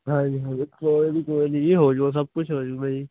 ਹਾਂਜੀ ਹਾਂਜੀ ਕੋਈ ਨਾ ਕੋਈ ਨਾ ਜੀ ਹੋਜੂਗਾ ਜੀ ਸਭ ਕੁਛ ਹੋਜੂਗਾ ਜੀ